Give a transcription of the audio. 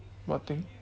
what thing